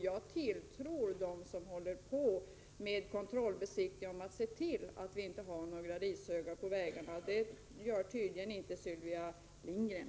Jag tilltror dem som håller på med kontrollbesiktningen att se till att vi inte har några rishögar på vägarna. Det gör tydligen inte Sylvia Lindgren.